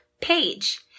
page